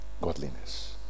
Godliness